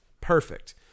Perfect